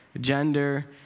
gender